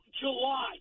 July